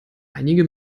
einige